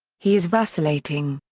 he is vacillating.